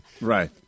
Right